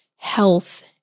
Health